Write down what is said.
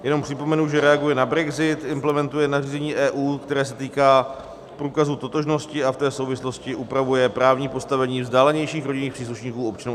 Jenom připomenu, že reaguje na brexit, implementuje nařízení EU, které se týká průkazu totožnosti, a v té souvislosti upravuje právní postavení vzdálenějších rodinných příslušníků občanů EU.